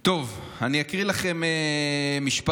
טוב, אני אקריא לכם משפט